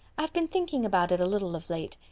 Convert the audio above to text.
i've been thinking about it a little of late,